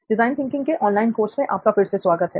design thinking के online course में आपका फिर से स्वागत है